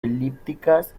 elípticas